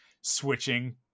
switching